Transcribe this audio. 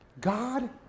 God